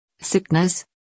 Sickness